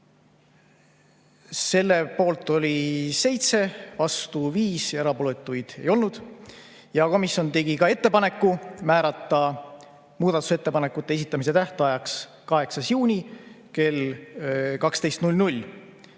Selle poolt oli 7, vastu 5 ja erapooletuid ei olnud. Komisjon tegi ka ettepaneku määrata muudatusettepanekute esitamise tähtajaks 8. juuni kell 12.